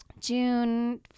June